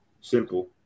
Simple